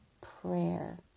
prayer